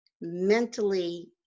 mentally